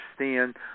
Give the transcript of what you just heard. understand